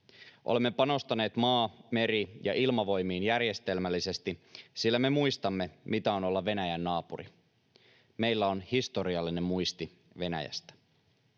Olemme panostaneet maa-, meri- ja ilmavoimiin järjestelmällisesti, sillä me muistamme, mitä on olla Venäjän naapuri. Meillä on historiallinen muisti Venäjästä.